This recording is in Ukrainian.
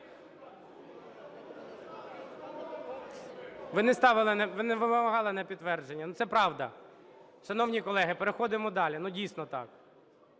Ви не вимагали на підтвердження? Ну це правда. Шановні колеги, переходимо далі, ну дійсно так.